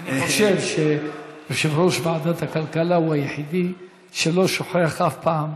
אני חושב שיושב-ראש ועדת הכלכלה הוא היחיד שלא שוכח אף פעם,